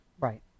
right